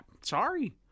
sorry